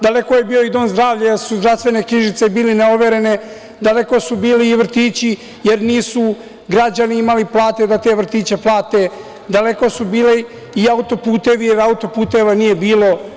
Daleko je bio i dom zdravlja, jer su zdravstvene knjižice bile neoverene, daleko su bili i vrtići jer nisu građani imali plate da te vrtiće plate, daleko su bili i auto-putevi, jer auto-puteva nije bilo.